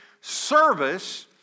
service